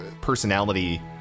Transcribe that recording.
personality